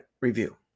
review